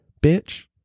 bitch